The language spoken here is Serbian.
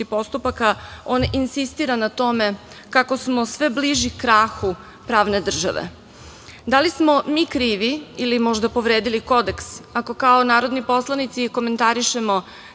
postupaka, on insistira na tome kako smo svi bliži krahu pravne države? Da li smo mi krivi ili možda povredili kodeks, ako kao narodni poslanici komentarišemo